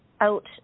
out